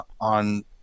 on